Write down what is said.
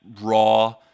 raw